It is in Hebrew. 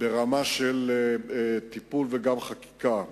ברמה של טיפול וגם בחקיקה,